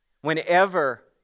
Whenever